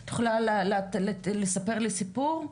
את יכולה לספר לי סיפור?